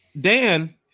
Dan